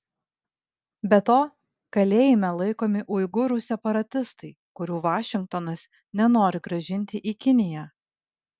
be to kalėjime laikomi uigūrų separatistai kurių vašingtonas nenori grąžinti į kiniją